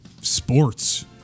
sports